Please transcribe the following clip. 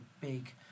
big